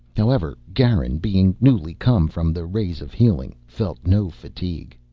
however garin, being newly come from the rays of healing, felt no fatigue.